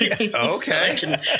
Okay